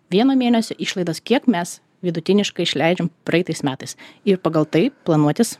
vieno mėnesio išlaidas kiek mes vidutiniškai išleidžiam praeitais metais ir pagal tai planuotis